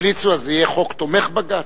אם הם המליצו אז זה יהיה חוק תומך בג"ץ?